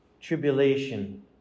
tribulation